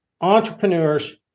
entrepreneurs